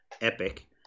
epic